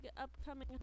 upcoming